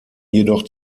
jedoch